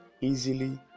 easily